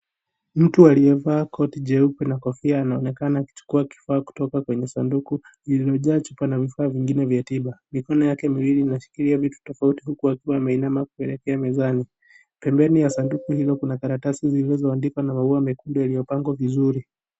Mtu aliyevaa koti jeupe na Kofia anaonekana akichukua kifaa kutoka kwenye sanduku lililojaa chupa la vifaa vingine vya tiba. Mikono Yake miwili inashikilia vitu tofauti huku akiwa ameinama kuelekea mezani. Pempeni ya sanduku hilo kuma karatasi zilizoandikwa na maua meupe na kupangwa vizuri.